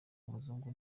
umuzungu